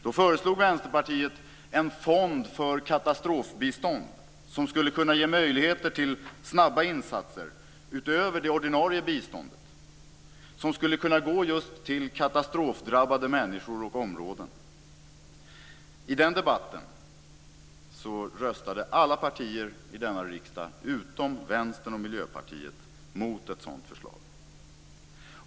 Då föreslog Vänsterpartiet en fond för katastrofbistånd som skulle kunna ge möjligheter till snabba insatser utöver det ordinarie biståndet. Det skulle kunna gå just till katastrofdrabbade människor och områden. I den debatten röstade alla partier i denna riksdag utom Vänstern och Miljöpartiet mot ett sådant förslag.